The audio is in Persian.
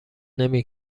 نمی